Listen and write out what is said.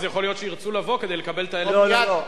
אז יכול להיות שירצו לבוא כדי לקבל 1,000 דולר.